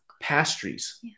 pastries